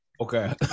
Okay